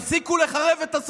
מה אתה אומר?